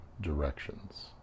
directions